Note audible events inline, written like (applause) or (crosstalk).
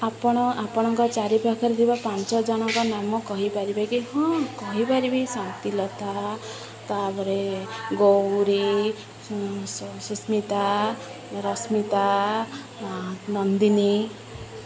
ଆପଣ ଆପଣଙ୍କ ଚାରିପାଖରେ ଥିବା ପାଞ୍ଚ ଜଣଙ୍କ ନାମ କହିପାରିବେ କି ହଁ କହିପାରିବି ଶାନ୍ତିଲତା ତା'ପରେ ଗୌରୀ (unintelligible) ସୁସ୍ମିତା ରଶ୍ମିତା ନନ୍ଦିନୀ